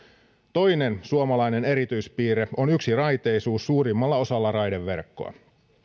toinen suomalainen erityispiirre on yksiraiteisuus suurimmalla osalla raideverkkoa